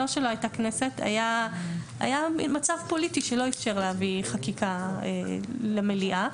היה מצב פוליטי שלא איפשר להביא חקיקה למליאה.